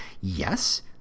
Yes